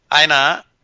Aina